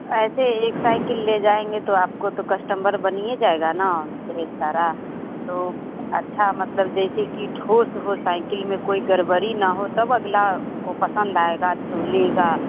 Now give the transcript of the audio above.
ऐसे एक साइकिल ले जाएँगे तो आपको तो कस्टम्बर बन ही जाएगा ना ढेर सारा तो अच्छा मतलब जैसे कि ठोस हो साइकिल में कोई गड़ बड़ ना हो तब अगला को पसंद आएगा तो लेगा